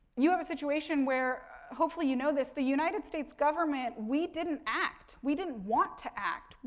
you have a situation where, hopefully you know this, the united states government, we didn't act. we didn't want to act.